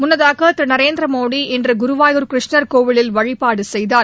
முன்னதாக திரு நரேந்திரமோடி இன்று குருவாயூர் கிருஷ்ணர் கோவிலில் வழிபாடு செய்தார்